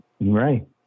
Right